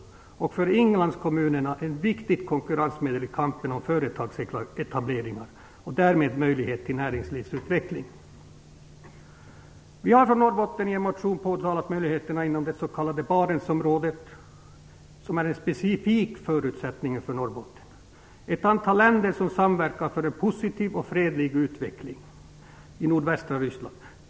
För inlandskommunerna är detta ett viktigt konkurrensmedel i kampen om företagsetableringar och därmed en viktig möjlighet till näringslivsutveckling. Vi har från Norrbotten i en motion påtalat möjligheterna inom det s.k. Barentsområdet, som är en specifik förutsättning för Norrbotten. Ett antal länder samverkar för en positiv och fredlig utveckling i nordvästra Ryssland.